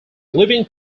living